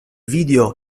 video